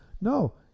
No